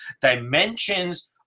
dimensions